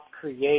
create